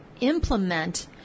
implement